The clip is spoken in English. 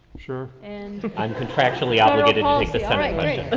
sure. and i'm contractually obligated policy. all right, great.